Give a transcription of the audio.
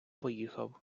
поїхав